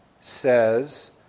says